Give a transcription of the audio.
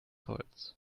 holz